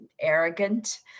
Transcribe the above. arrogant